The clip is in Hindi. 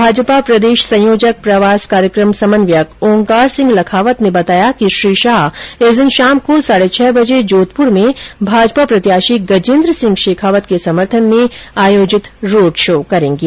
भाजपा प्रदेश संयोजक प्रवास कार्यक्रम समन्वयक ओंकार सिंह लखावत ने बताया कि श्री शाह इस दिन शाम को साढे छह बजे जोधपुर में भाजपा प्रत्याशी गजेन्द्र सिंह शेखावत के समर्थन में आयोजित रोड़ शो करेंगे